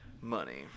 money